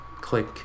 click